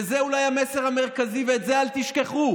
וזה אולי המסר המרכזי, ואת זה אל תשכחו,